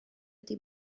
wedi